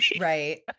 right